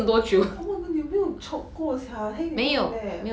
oh my god 你没有 choke 过 sia heng 你没有 leh